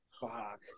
Fuck